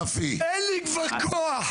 אין לי כבר כוח.